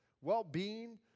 well-being